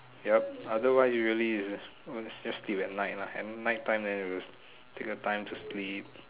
yup otherwise really is just sleep at night lah at nighttime then take your time to sleep